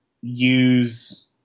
use